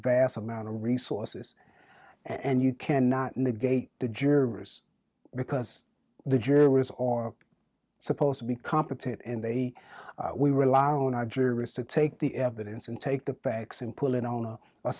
vast amount of resources and you cannot negate the jurors because the jurors or supposed to be competent and they we were allowed to take the evidence and take the facts and pull it on a